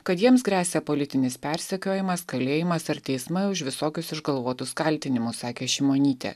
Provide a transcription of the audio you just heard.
kad jiems gresia politinis persekiojimas kalėjimas ar teismai už visokius išgalvotus kaltinimus sakė šimonytė